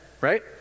right